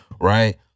right